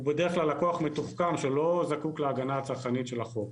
הוא בדרך כלל לקוח מתוחכם שלא זקוק להגנה הצרכנית של החוק.